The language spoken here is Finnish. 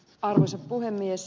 arvoisa puhemies